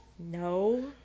No